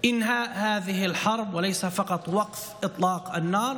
לא רק הפסקת אש,